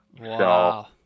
Wow